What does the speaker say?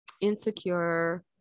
insecure